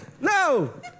No